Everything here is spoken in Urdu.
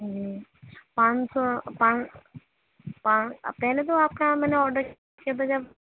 جی پانچ سو پہلے تو آپ کے یہاں میں نے آرڈر کیا تھا جب